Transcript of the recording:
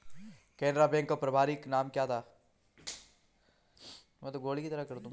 Canara bank का प्रारंभिक नाम क्या था?